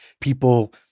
people